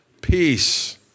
Peace